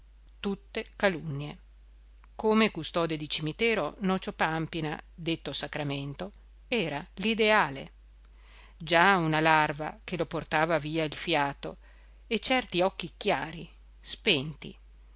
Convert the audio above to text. tutte calunnie come custode di cimitero nocio pàmpina detto sacramento era l'ideale già una larva che lo portava via il fiato e certi occhi chiari spenti